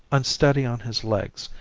unsteady on his legs,